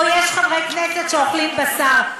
או יש חברי כנסת שאוכלים בשר.